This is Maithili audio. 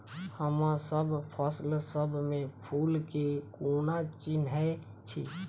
हमसब फसल सब मे फूल केँ कोना चिन्है छी?